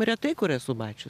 retai kur esu mačius